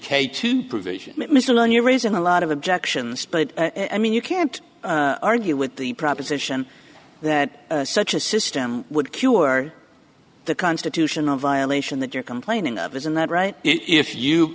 k two provision that mr learn you're raising a lot of objections but i mean you can't argue with the proposition that such a system would cure the constitutional violation that you're complaining of isn't that right if you